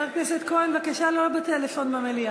ההסתייגות (5) של חבר הכנסת אורי מקלב לסעיף 1 לא נתקבלה.